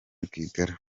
rwigara